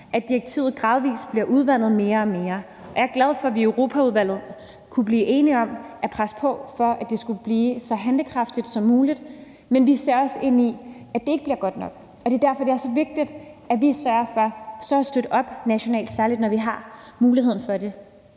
at direktivet gradvist bliver udvandet mere og mere. Jeg er glad for, at vi i Europaudvalget kunne blive enige om at presse på for, at det skulle blive så handlekraftigt som muligt. Men vi ser også ind i, at det ikke bliver godt nok. Det er derfor, det er så vigtigt, at vi sørger for så at støtte op nationalt, særlig når vi har muligheden for det.